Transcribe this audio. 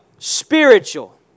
spiritual